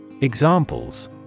Examples